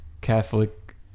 Catholic